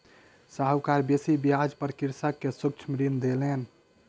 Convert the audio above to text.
साहूकार बेसी ब्याज पर कृषक के सूक्ष्म ऋण देलैन